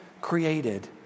created